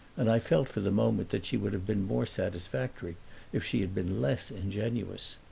and i felt for the moment that she would have been more satisfactory if she had been less ingenuous.